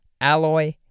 alloy